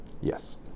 Yes